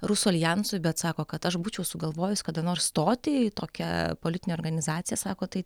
rusų aljansui bet sako kad aš būčiau sugalvojus kada nors stoti į tokią politinę organizaciją sako tai